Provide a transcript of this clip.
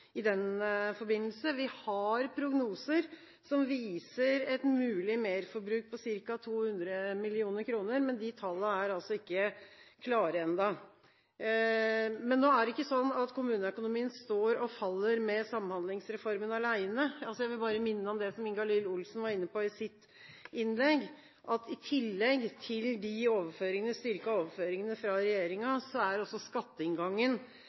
i den forbindelse. Vi har prognoser som viser et mulig merforbruk på ca. 200 mill. kr, men de tallene er altså ikke klare ennå. Men nå er det ikke sånn at kommuneøkonomien står og faller på Samhandlingsformen alene. Jeg vil bare minne om det som Ingalill Olsen var inne på i sitt innlegg. I tillegg til de styrkede overføringene fra regjeringen er skatteinngangen